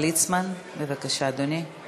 זה